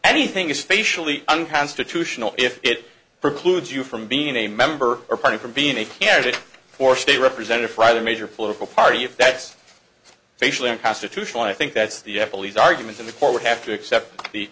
anything is facially unconstitutional if it precludes you from being a member or party from being a candidate for state representative for either major political party if that's facially and constitutional i think that's the f l these arguments in the court would have to accept the